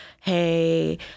hey